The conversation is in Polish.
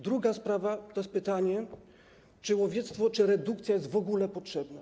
Druga sprawa to jest pytanie, czy łowiectwo czy redukcja są w ogóle potrzebne.